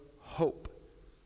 hope